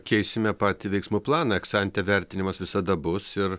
keisime patį veiksmų planą eks ante vertinimas visada bus ir